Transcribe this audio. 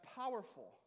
powerful